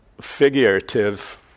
figurative